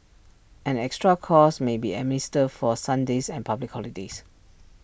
an extra cost may be administered for Sundays and public holidays